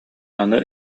аны